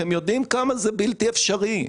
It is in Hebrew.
אתם יודעים כמה זה בלתי אפשרי,